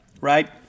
right